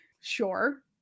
sure